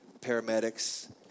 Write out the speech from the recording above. paramedics